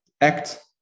act